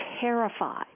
terrified